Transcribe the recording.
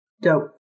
Dope